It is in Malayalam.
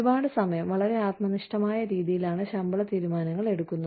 ഒരുപാട് സമയം വളരെ ആത്മനിഷ്ഠമായ രീതിയിലാണ് ശമ്പള തീരുമാനങ്ങൾ എടുക്കുന്നത്